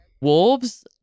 wolves